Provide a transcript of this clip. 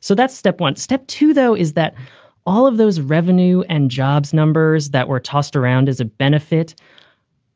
so that's step one. step two, though, is that all of those revenue and jobs numbers that were tossed around as a benefit